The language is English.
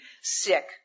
sick